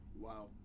Wow